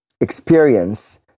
experience